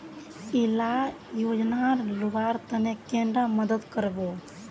इला योजनार लुबार तने कैडा मदद करबे?